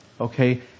okay